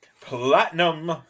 platinum